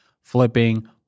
flipping